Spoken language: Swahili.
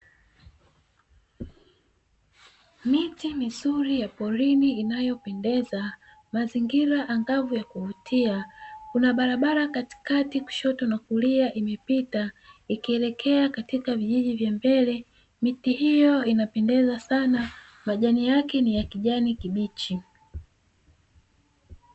Miti mizuri ya porini inayopendeza mazingira angavu ya kuvutia kuna barabara katikati kushoto na kulia, imepita ikielekea katika vijiji vya mbele miti hiyo inapendeza sana majani yake ni ya kijani kibichi.